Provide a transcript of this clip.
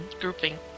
grouping